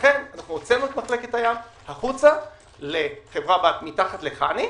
לכן הוצאנו את מחלקת הים החוצה לחברת בת מתחת לחנ"י